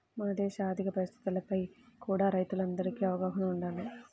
మన దేశ ఆర్ధిక పరిస్థితులపై కూడా రైతులందరికీ అవగాహన వుండాలి